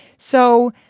so,